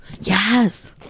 Yes